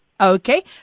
Okay